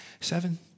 seven